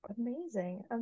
amazing